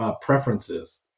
preferences